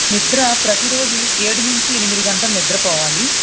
నిద్ర ప్రతి రోజు ఏడు నుంచి ఎనిమిది గంటలు నిద్రపోవాలి